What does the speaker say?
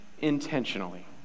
intentionally